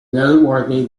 noteworthy